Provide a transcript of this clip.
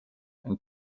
and